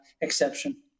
exception